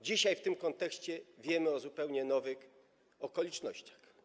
Dzisiaj w tym kontekście wiemy o zupełnie nowych okolicznościach.